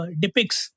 depicts